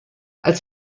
als